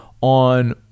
on